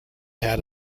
had